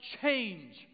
change